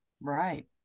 right